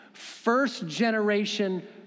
first-generation